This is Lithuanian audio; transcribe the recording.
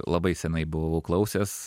labai senai buvo klausęs